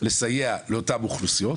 לסייע לאותן אוכלוסיות,